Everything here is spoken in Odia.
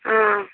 ହଁ